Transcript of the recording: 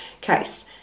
case